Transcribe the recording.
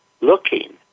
looking